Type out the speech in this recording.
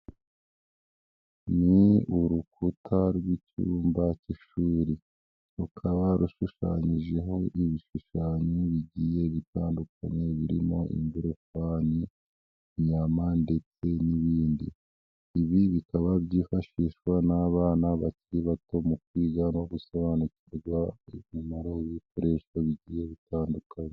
Ni urukuta rw'icyumba cy'ishuri rukaba rushushanyijeho ibishushanyo bigiye gutandukanye birimo ingorofane, inyama ndetse n'ibindi, ibi bikaba byifashishwa n'abana bakiri bato mu kwiga no gusobanukirwa umumaro w'ibikoresho bigiye bitandukanye.